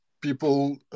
people